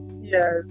Yes